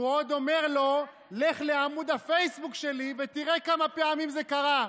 והוא עוד אומר לו: לך לעמוד הפייסבוק שלי ותראה כמה פעמים זה קרה.